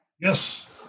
Yes